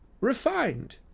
refined